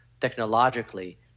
technologically